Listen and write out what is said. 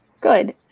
Good